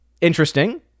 interesting